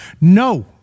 No